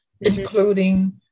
including